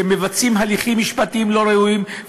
שמבצעים הליכים משפטיים לא ראויים,